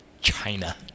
China